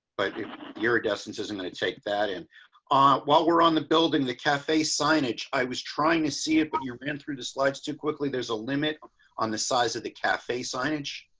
like you're you're a distance isn't going to take that and on while we're on the building the cafe signage. i was trying to see it, but you're going and through the slides to quickly. there's a limit on the size of the cafe signage.